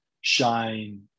shine